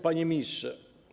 Panie Ministrze!